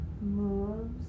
moves